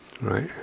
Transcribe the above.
right